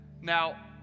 Now